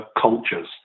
cultures